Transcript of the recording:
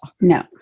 No